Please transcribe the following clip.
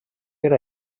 era